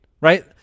right